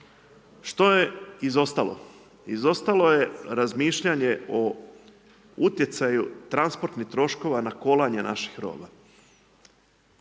Što je izostalo? Izostalo je razmišljanje o utjecaju transportnih troškova na kolanje naših